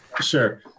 Sure